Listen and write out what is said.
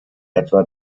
etwa